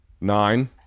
Nine